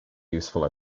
useful